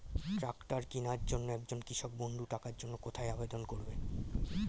Tractor কিনার জন্য একজন কৃষক বন্ধু টাকার জন্য কোথায় আবেদন করবে?